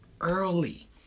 early